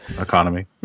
economy